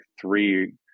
three